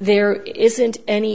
there isn't any